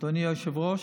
אדוני היושב-ראש: